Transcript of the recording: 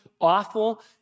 awful